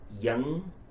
young